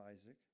Isaac